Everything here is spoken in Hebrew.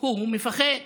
הוא מפחד.